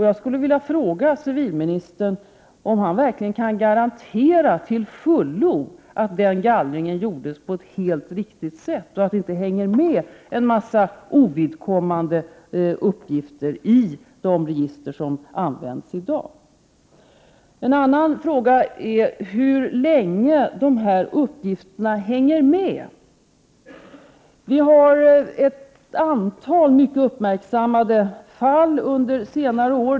Jag skulle vilja fråga civilministern om han verkligen till fullo kan garantera att den gallringen gjordes på ett helt riktigt sätt, att inte en mängd ovidkommande uppgifter finns kvar i de register som används i dag. En annan fråga är hur länge de här uppgifterna hänger med. Det har ju förekommit ett antal mycket uppmärksammade fall under senare år.